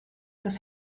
das